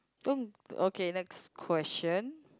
don't okay next question